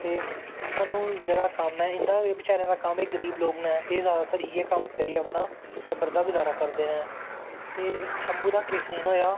साह्नी इंदा बचैरें दा कम्म एह् गरीब लोग नै ते एह् जादातर इयै कम्म करियै अपनां टब्बर दा गज़ारा करदे नै ते शम्भू दा केह् सीन होआ